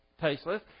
tasteless